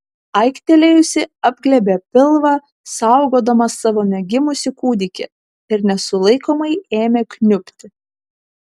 aiktelėjusi apglėbė pilvą saugodama savo negimusį kūdikį ir nesulaikomai ėmė kniubti